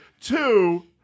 two